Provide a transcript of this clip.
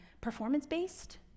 performance-based